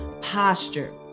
posture